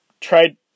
trade